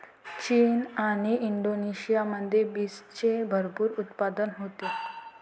चीन आणि इंडोनेशियामध्ये बीन्सचे भरपूर उत्पादन होते